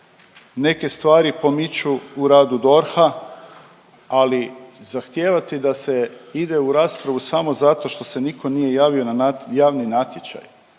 neke stvari pomiču u radu DORH-a, ali zahtijevati da se ide u raspravu samo zato što se niko nije javio na javni natječaj